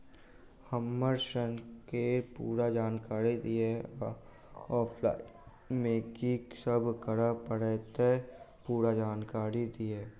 हम्मर ऋण केँ पूरा जानकारी दिय आ ऑफलाइन मे की सब करऽ पड़तै पूरा जानकारी दिय?